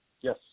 Yes